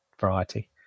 variety